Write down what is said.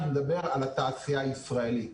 אני מדבר על התעשייה הישראלית.